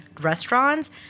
restaurants